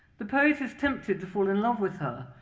the poet is tempted to fall in love with her,